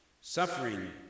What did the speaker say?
suffering